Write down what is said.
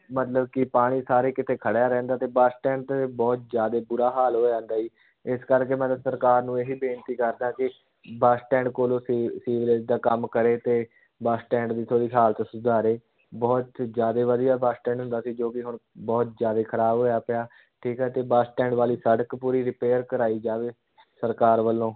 ਮਤਲਬ ਕਿ ਪਾਣੀ ਸਾਰੇ ਕਿਤੇ ਖੜ੍ਹਿਆ ਰਹਿੰਦਾ ਅਤੇ ਬਸ ਸਟੈਂਡ 'ਤੇ ਬਹੁਤ ਜ਼ਿਆਦੇ ਬੁਰਾ ਹਾਲ ਹੋ ਜਾਂਦਾ ਜੀ ਇਸ ਕਰਕੇ ਮੈਂ ਸਰਕਾਰ ਨੂੰ ਇਹੀ ਬੇਨਤੀ ਕਰਦਾ ਕਿ ਬੱਸ ਸਟੈਂਡ ਕੋਲ ਸੀ ਸੀਵਰੇਜ ਦਾ ਕੰਮ ਕਰੇ ਅਤੇ ਬਸ ਸਟੈਂਡ ਦੀ ਥੋੜ੍ਹੀ ਹਾਲਤ ਸੁਧਾਰੇ ਬਹੁਤ ਜ਼ਿਆਦੇ ਵਧੀਆ ਬੱਸ ਸਟੈਂਡ ਹੁੰਦਾ ਸੀ ਜੋ ਕਿ ਹੁਣ ਬਹੁਤ ਜ਼ਿਆਦੇ ਖਰਾਬ ਹੋਇਆ ਪਿਆ ਠੀਕ ਹੈ ਅਤੇ ਬੱਸ ਸਟੈਂਡ ਵਾਲੀ ਸੜਕ ਪੂਰੀ ਰਿਪੇਅਰ ਕਰਾਈ ਜਾਵੇ ਸਰਕਾਰ ਵੱਲੋਂ